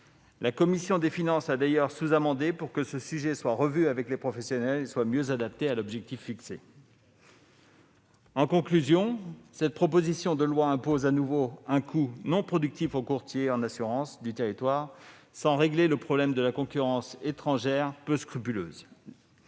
La commission des finances a d'ailleurs déposé un sous-amendement afin que cette disposition soit revue avec les professionnels et mieux adaptée à l'objectif. En conclusion, je dirai que cette proposition de loi impose à nouveau un coût non productif aux courtiers en assurances du territoire, sans régler le problème de la concurrence étrangère peu scrupuleuse.